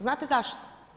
Znate zašto?